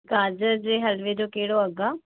गजर जे हलवे जो कहिड़ो अघु आहे